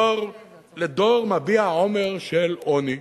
דור לדור מביע אומר של עוני.